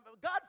God